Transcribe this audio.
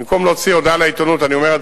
במקום להוציא הודעה לעיתונות אני אומר את